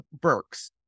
Burks